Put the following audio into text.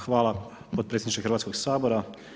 Hvala podpredsjedniče hrvatskog Sabora.